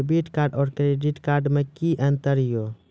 Debit card और credit card मे कि अंतर या?